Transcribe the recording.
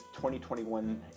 2021